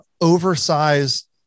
oversized